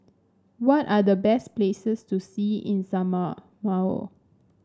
what are the best places to see in Samoa